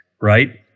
right